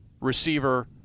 receiver